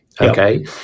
Okay